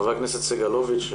חבר הכנסת סגלוביץ'.